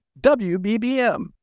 WBBM